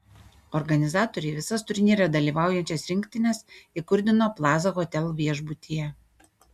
organizatoriai visas turnyre dalyvaujančias rinktines įkurdino plaza hotel viešbutyje